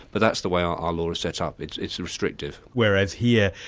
but that's the way our ah law is set up, it's it's restrictive. whereas here,